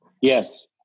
Yes